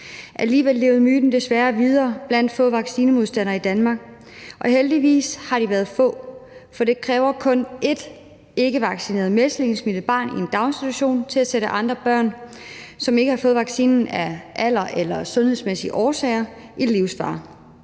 Alligevel levede myten desværre videre blandt få vaccinemodstandere i Danmark, og heldigvis har de været få, for det kræver kun ét ikkevaccineret mæslingesmittet barn i en daginstitution til at sætte andre børn, som ikke har fået vaccinen – på grund af alder eller af sundhedsmæssige årsager – i livsfare.